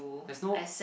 there's no